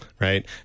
Right